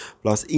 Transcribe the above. plus